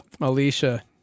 Alicia